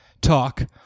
talk